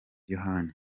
yohani